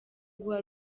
guha